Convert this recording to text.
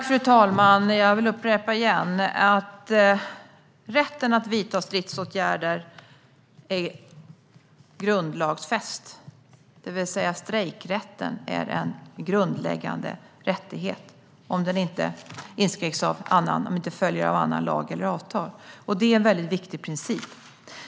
Fru talman! Jag vill igen upprepa att rätten att vidta stridsåtgärder är grundlagsfäst, det vill säga: Strejkrätten är en grundläggande rättighet om inte annat följer av annan lag eller avtal. Det är en väldigt viktig princip.